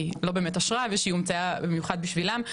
לא באמת אשרה אלא הומצאה במיוחד בשבילם.